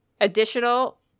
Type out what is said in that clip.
additional